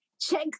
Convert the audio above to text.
check